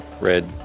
Red